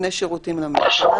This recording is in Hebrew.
נותני שירותים לממשלה,